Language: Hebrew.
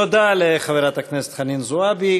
תודה לחברת הכנסת חנין זועבי.